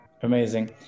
amazing